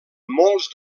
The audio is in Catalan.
molts